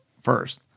first